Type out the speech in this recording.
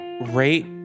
rate